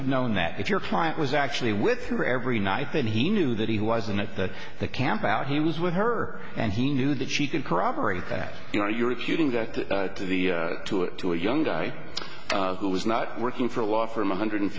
have known that if your client was actually with her every night that he knew that he was in that the campout he was with her and he knew that she could corroborate that you know you're refuting that to the to it to a young guy who was not working for a law firm one hundred